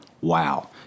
wow